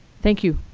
thank you.